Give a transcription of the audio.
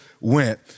went